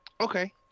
Okay